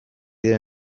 diren